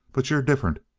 but you're different.